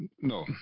No